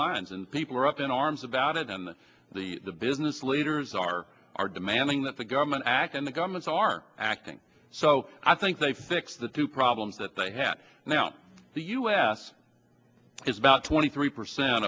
lines and people are up in arms about it and the the business leaders are are demanding that the government act and the governments are acting so i think they fix the two problems that they have now the u s is about twenty three percent